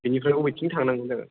बेनिफ्राय अबेथिं थांनांगौ जाखो